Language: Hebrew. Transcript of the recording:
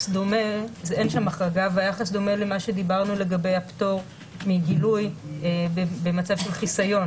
אין שם החרגה והיחס דומה למה שדיברנו לגבי הפטור מגילוי במצב של חיסיון,